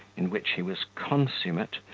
in which he was consummate,